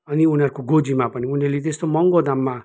अनि उनीहरूको गोजीमा पनि उनीहरूले त्यस्तो महँगो दाममा